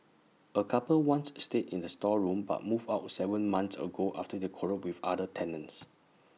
A couple once stayed in the storeroom but moved out Seven months ago after they quarrelled with other tenants